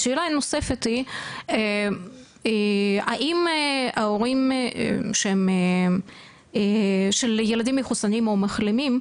השאלה הנוספת היא האם ההורים של ילדים מחוסנים או מחלימים,